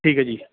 ਠੀਕ ਹੈ ਜੀ